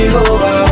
over